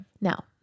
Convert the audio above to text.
now